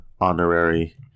honorary